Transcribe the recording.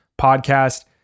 podcast